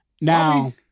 Now